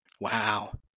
Wow